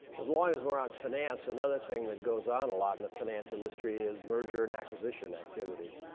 as long as we're on finance. another thing that goes on a lot in the finance industry is merger and acquisition activity.